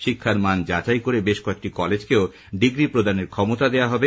শিক্ষার মান যাচাই করে বেশ কয়েকটি কলেজকেও ডিগ্রি প্রদানের ক্ষমতা দেওয়া হবে